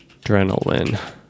adrenaline